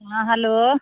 हाँ हेलो